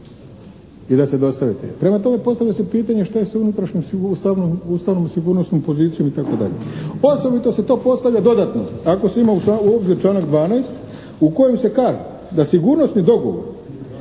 i da se dostave. Prema tome postavlja se pitanje šta je sa unutrašnjom ustavnom sigurnosnom pozicijom itd. Osobito se to postavlja dodatno ako se ima u obzir članak 12. u kojem se kaže, da sigurnosni dogovor